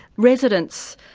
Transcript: residents,